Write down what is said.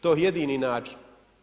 To je jedini način.